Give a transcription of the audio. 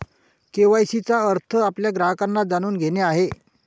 KYC चा अर्थ आपल्या ग्राहकांना जाणून घेणे आहे